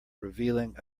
revealing